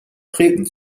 treten